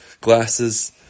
glasses